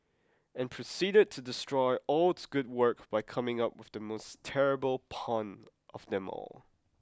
and proceeded to destroy all its good work by coming up with the most terrible pun of them all